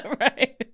Right